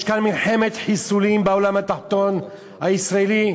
יש כאן מלחמת חיסולים בעולם התחתון הישראלי,